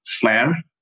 flare